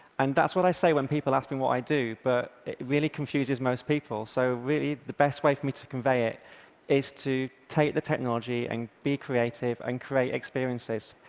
and that's what i say when people ask me what i do, but it really confuses most people, so really, the best way for me to convey it is to take the technology and be creative and create experiences.